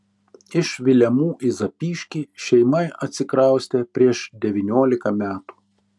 iš vilemų į zapyškį šeima atsikraustė prieš devyniolika metų